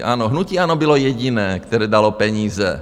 Ano, hnutí ANO bylo jediné, které dalo peníze.